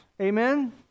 Amen